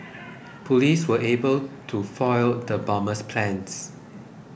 police were able to foil the bomber's plans